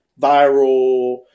viral